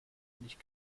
nicht